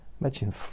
Imagine